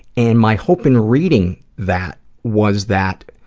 and my hope in reading that was that